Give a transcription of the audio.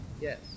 Yes